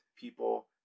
people